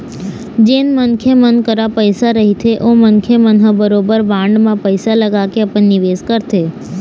जेन मनखे मन करा पइसा रहिथे ओ मनखे मन ह बरोबर बांड म पइसा लगाके अपन निवेस करथे